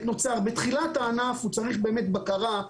בתחילתו הוא צריך בקרה,